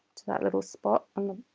to that little spot on